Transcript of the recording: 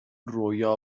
رویا